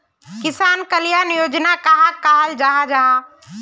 किसान कल्याण योजना कहाक कहाल जाहा जाहा?